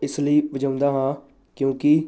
ਇਸ ਲਈ ਵਜਾਉਂਦਾ ਹਾਂ ਕਿਉਂਕਿ